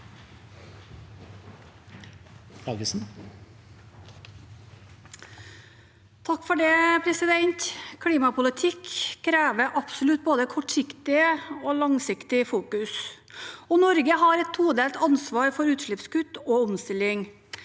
Lagesen (A) Klimapolitikk krever absolutt både kortsiktig og langsiktig fokus. Norge har et todelt ansvar for utslippskutt og omstilling.